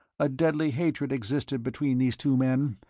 a deadly hatred existed between these two men,